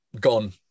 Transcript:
gone